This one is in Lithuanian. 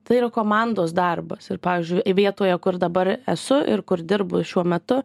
tai yra komandos darbas ir pavyzdžiui vietoje kur dabar esu ir kur dirbu šiuo metu